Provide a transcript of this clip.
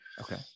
Okay